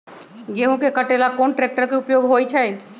गेंहू के कटे ला कोंन ट्रेक्टर के उपयोग होइ छई?